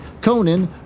Conan